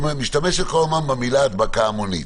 משתמשת כל הזמן במילה הדבקה המונית.